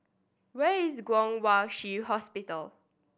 where is Kwong Wai Shiu Hospital